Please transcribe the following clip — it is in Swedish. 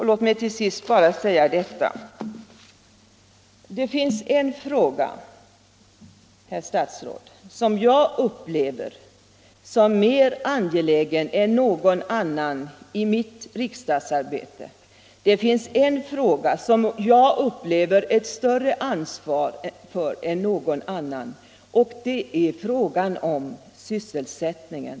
Låt mig till sist bara säga: Det finns en fråga, herr statsråd, som jag upplever som mer angelägen än någon annan i mitt riksdagsarbete och som jag upplever ett större ansvar för än någon annan fråga och det är frågan om sysselsättningen.